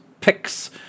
picks